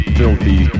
filthy